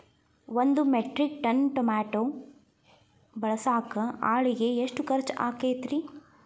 ಒಂದು metric tonne tomato ಬೆಳಸಾಕ್ ಆಳಿಗೆ ಎಷ್ಟು ಖರ್ಚ್ ಆಕ್ಕೇತ್ರಿ?